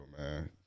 man